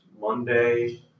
Monday